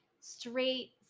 straight